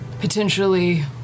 potentially